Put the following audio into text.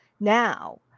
now